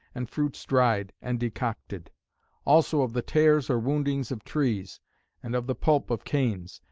and fruits dried, and decocted also of the tears or woundings of trees and of the pulp of canes.